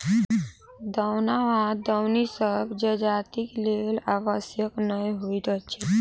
दौन वा दौनी सभ जजातिक लेल आवश्यक नै होइत अछि